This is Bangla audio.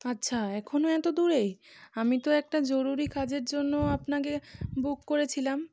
আচ্ছা এখনো এত দূরেই আমি তো একটা জরুরি কাজের জন্য আপনাকে বুক করেছিলাম